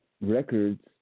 records